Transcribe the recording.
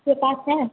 आपके पास है